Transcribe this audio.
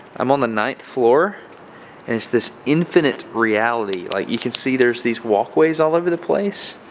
i'm on the ninth floor and it's this infinite reality, like you can see there's these walkways all over the place,